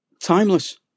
Timeless